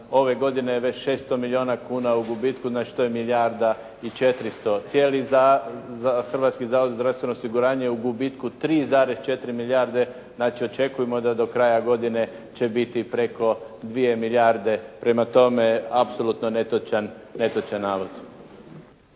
ove godine je već 600 milijuna kuna u gubitku, znači to je milijarda i 400. Cijeli Hrvatski zavod za zdravstveno osiguranje je u gubitku 3,4 milijarde. Znači očekujmo da do kraja godine će biti preko 2 milijarde. Prema tome, apsolutno netočan navod.